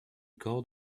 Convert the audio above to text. called